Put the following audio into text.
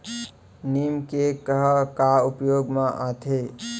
नीम cake ह का उपयोग मा आथे?